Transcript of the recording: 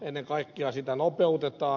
ennen kaikkea sitä nopeutetaan